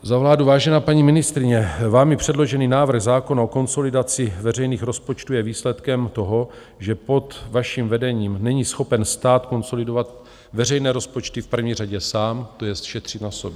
Za vládu vážená paní ministryně, vámi předložený návrh zákona o konsolidaci veřejných rozpočtů je výsledkem toho, že pod vaším vedením není schopen stát konsolidovat veřejné rozpočty v první řadě sám, tj. šetřit na sobě.